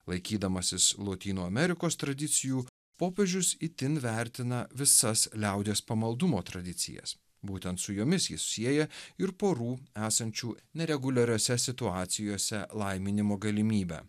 laikydamasis lotynų amerikos tradicijų popiežius itin vertina visas liaudies pamaldumo tradicijas būtent su jomis jis sieja ir porų esančių nereguliariose situacijose laiminimo galimybę